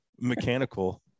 mechanical